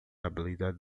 habilidade